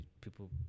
people